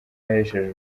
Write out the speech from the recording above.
yahesheje